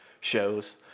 shows